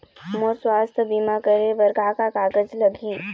मोर स्वस्थ बीमा करे बर का का कागज लगही?